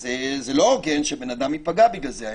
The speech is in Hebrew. זה לא הוגן שבן אדם ייפגע בגלל זה.